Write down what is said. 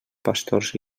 pastors